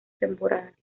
temporadas